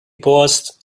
paused